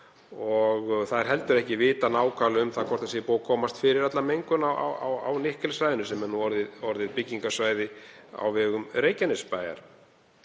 Það er heldur ekki vitað nákvæmlega hvort það sé búið að komast fyrir allan mengun á Nikkelsvæðinu sem er nú orðið byggingarsvæði á vegum Reykjanesbæjar.